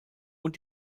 und